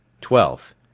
Twelfth